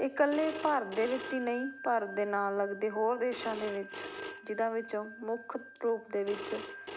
ਇਕੱਲੇ ਭਾਰਤ ਦੇ ਵਿੱਚ ਹੀ ਨਹੀਂ ਭਾਰਤ ਦੇ ਨਾਲ ਲੱਗਦੇ ਹੋਰ ਦੇਸ਼ਾਂ ਦੇ ਵਿੱਚ ਜਿਹਨਾਂ ਵਿੱਚੋਂ ਮੁੱਖ ਰੂਪ ਦੇ ਵਿੱਚ